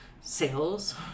sales